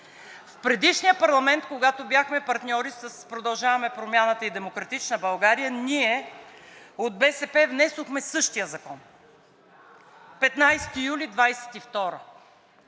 В предишния парламент, когато бяхме партньори с „Продължаваме Промяната“ и „Демократична България“, ние от БСП внесохме същия закон – 15 юли 2022-а.